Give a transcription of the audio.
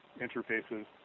interfaces